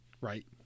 Right